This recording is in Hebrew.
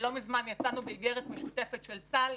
לא מזמן יצאנו באיגרת משותפת של צה"ל,